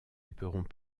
éperons